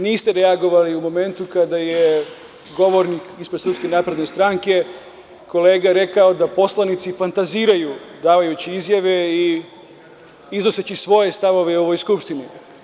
Niste reagovali u momentu kada je govornik, ispred SNS, kolega rekao da poslanici fantaziraju davajući izjave i iznoseći svoje stavove u ovoj Skupštini.